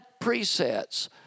presets